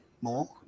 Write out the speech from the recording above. more